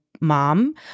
mom